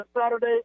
Saturday